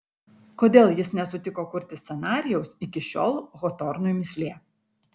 kodėl jis nesutiko kurti scenarijaus iki šiol hotornui mįslė